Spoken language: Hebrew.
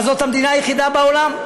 אבל זו המדינה היחידה בעולם.